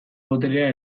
boterea